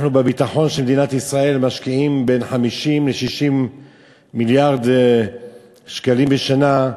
בביטחון של מדינת ישראל אנחנו משקיעים בין 50 ל-60 מיליארד שקלים בשנה.